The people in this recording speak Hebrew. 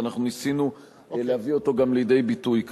ואנחנו ניסינו גם להביא אותו לידי ביטוי כאן.